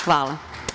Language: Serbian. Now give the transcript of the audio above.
Hvala.